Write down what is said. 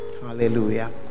hallelujah